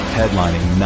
headlining